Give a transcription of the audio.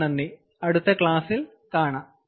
വളരെ നന്ദി അടുത്ത ക്ലാസ്സിൽ കാണാം